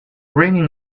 ringing